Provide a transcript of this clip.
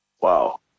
wow